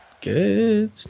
good